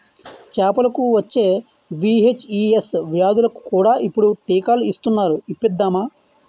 చేపలకు వచ్చే వీ.హెచ్.ఈ.ఎస్ వ్యాధులకు కూడా ఇప్పుడు టీకాలు ఇస్తునారు ఇప్పిద్దామా